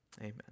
amen